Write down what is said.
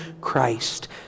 Christ